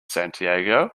santiago